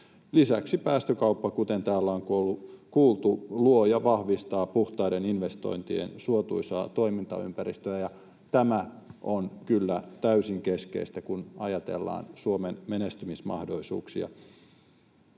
Lisäksi päästökauppa, kuten täällä on kuultu, luo ja vahvistaa puhtaiden investointien suotuisaa toimintaympäristöä, ja tämä on kyllä täysin keskeistä, kun ajatellaan Suomen menestymismahdollisuuksia.